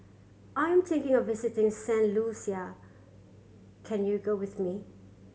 I'm thinking of visiting Saint Lucia can you go with me